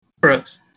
Brooks